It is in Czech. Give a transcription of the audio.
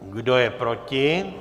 Kdo je proti?